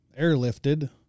airlifted